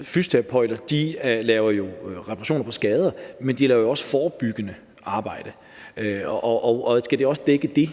fysioterapeuter. De laver jo reparationer på skader, men de laver også forebyggende arbejde. Skal det også dække det,